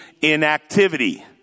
inactivity